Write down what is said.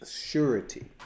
surety